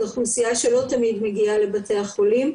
זו אוכלוסייה שלא תמיד מגיעה לבתי החולים.